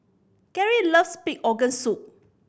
Gary loves pig organ soup